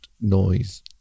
noise